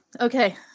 Okay